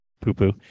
poo-poo